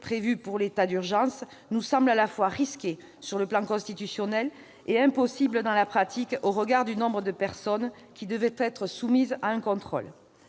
prévu pour l'état d'urgence, nous semble à la fois risquée sur le plan constitutionnel et impossible à mettre en oeuvre dans la pratique, au regard du nombre de personnes qui devraient être soumises à un contrôle.